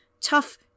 Tough